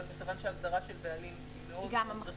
כיוון שהגדרה של בעלים היא מרחיבה,